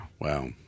Wow